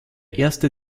erste